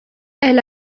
elle